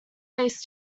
based